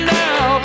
now